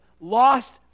lost